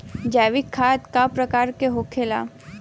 जैविक खाद का प्रकार के होखे ला?